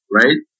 right